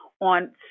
on